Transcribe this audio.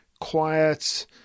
quiet